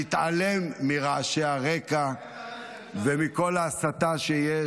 להתעלם מרעשי הרקע ומכל ההסתה שיש.